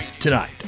Tonight